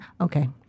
Okay